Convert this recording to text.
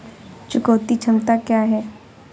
चुकौती क्षमता क्या है?